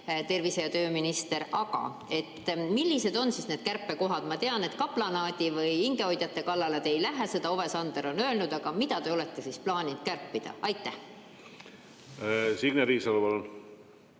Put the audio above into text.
tervise‑ ja tööminister. Aga millised on siis need kärpekohad? Ma tean, et kaplanaadi või hingehoidjate kallale te ei lähe, seda on Ove Sander öelnud. Aga mida te olete siis plaaninud kärpida? Signe Riisalo,